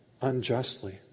unjustly